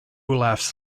laughs